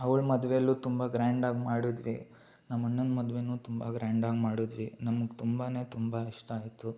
ಅವ್ಳ ಮದ್ವೆಯಲ್ಲೂ ತುಂಬ ಗ್ರ್ಯಾಂಡಾಗಿ ಮಾಡಿದ್ವಿ ನಮ್ಮ ಅಣ್ಣನ ಮದ್ವೆನೂ ತುಂಬ ಗ್ರ್ಯಾಂಡಾಗಿ ಮಾಡಿದ್ವಿ ನಮಗೆ ತುಂಬಾ ತುಂಬ ಇಷ್ಟ ಆಯಿತು